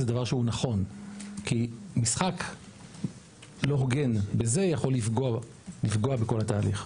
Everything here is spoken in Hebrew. זה דבר שהוא נכון כי משחק לא הוגן בזה יכול לפגוע בכל התהליך.